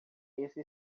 esse